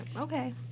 Okay